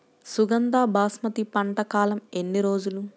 సుగంధ బాస్మతి పంట కాలం ఎన్ని రోజులు?